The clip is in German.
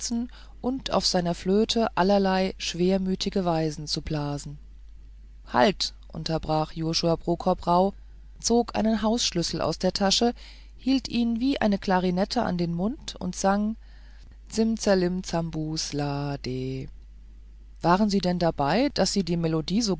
und auf seiner flöte allerlei schwermütige weisen zu blasen halt unterbrach josua prokop rauh zog einen hausschlüssel aus der tasche hielt ihn wie eine klarinette an den mund und sang zimzerlim zambusla deh waren sie denn dabei daß sie die melodie